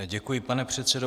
Děkuji, pane předsedo.